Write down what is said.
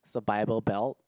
it's the Bible Belt